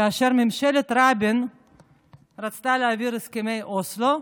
כאשר ממשלת רבין רצתה להעביר את הסכמי אוסלו,